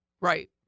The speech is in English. Right